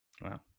Wow